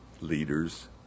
leaders